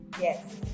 yes